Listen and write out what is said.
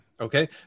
Okay